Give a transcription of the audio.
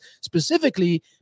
specifically